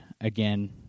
again